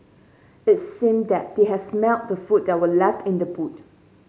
it seemed that they had smelt the food that were left in the boot